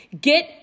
Get